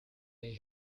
they